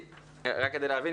רק כדי להבין.